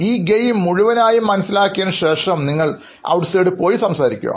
ഈ ഗെയിം മുഴുവനായി മനസ്സിലാക്കിയതിനു ശേഷം നിങ്ങൾ പുറത്തുപോയി സംസാരിക്കുക